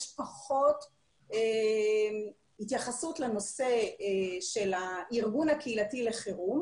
יש פחות התייחסות לנושא של הארגון הקהילתי לחירום.